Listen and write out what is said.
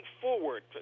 forward